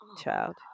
child